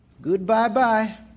Goodbye-bye